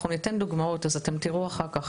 אנחנו ניתן דוגמאות, אז אתם תיראו אחר כך.